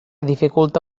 dificulta